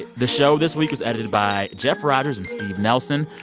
the show this week was edited by jeff rogers and steve nelson.